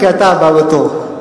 כי אתה הבא בתור.